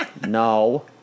No